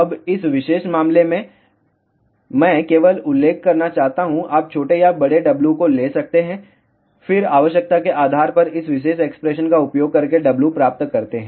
अब इस विशेष मामले में मैं केवल उल्लेख करना चाहता हूं आप छोटे या बड़े W को ले सकते हैं फिर आवश्यकता के आधार पर इस विशेष एक्सप्रेशन का उपयोग करके W प्राप्त करते हैं